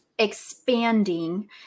expanding